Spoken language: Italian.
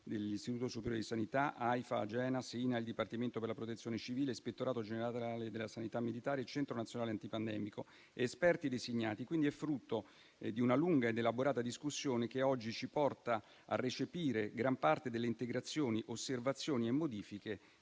dell'Istituto superiore di sanità, Aifa, Agenas, Inail, Dipartimento per la protezione civile, Ispettorato generale della sanità militare, Centro nazionale anti pandemico ed esperti designati. Quindi, è frutto di una lunga ed elaborata discussione, che oggi ci porta a recepire gran parte delle integrazioni, osservazioni e modifiche